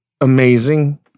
amazing